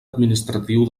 administratiu